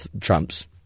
Trump's